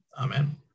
Amen